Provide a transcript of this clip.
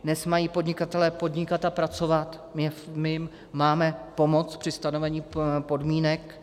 Dnes mají podnikatelé podnikat a pracovat a my jim máme pomoci při stanovení podmínek.